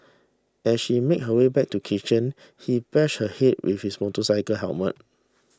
as she made her way back to the kitchen he bashed her head with his motorcycle helmet